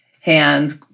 hands